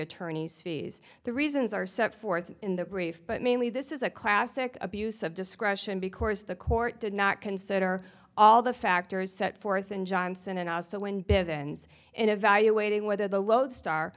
attorney's fees the reasons are set forth in the brief but mainly this is a classic abuse of discretion be course the court did not consider all the factors set forth in johnson and also when bevan's and evaluating whether the lodestar